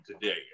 today